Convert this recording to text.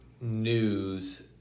news